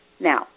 Now